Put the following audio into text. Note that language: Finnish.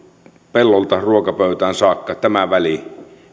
pellolta ruokapöytään saakka tämä väli